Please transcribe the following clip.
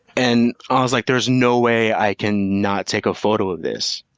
and i was like, there's no way i can not take a photo of this.